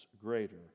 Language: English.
greater